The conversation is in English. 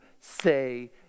say